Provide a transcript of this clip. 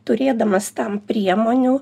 turėdamas tam priemonių